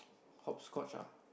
hopscotch ah